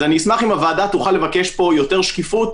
אז אשמח אם הוועדה תוכל לבקש פה יותר שקיפות